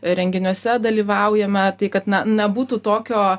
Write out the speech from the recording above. renginiuose dalyvaujame tai kad na nebūtų tokio